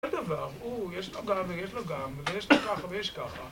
זה דבר, הוא, יש לו גם ויש לו גם, ויש לו ככה ויש ככה